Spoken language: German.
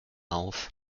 auf